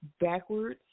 backwards